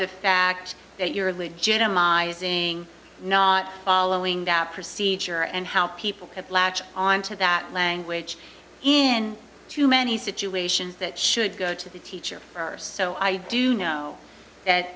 the fact that you're legitimizing not following that procedure and how people can latch onto that language in too many situations that should go to the teacher so i do know that